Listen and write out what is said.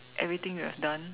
everything you have done